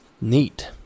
Neat